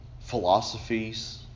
philosophies